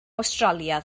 awstralia